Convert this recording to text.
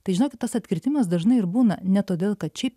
tai žinokit tas atkirtimas dažnai ir būna ne todėl kad šiaip